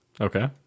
Okay